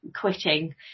quitting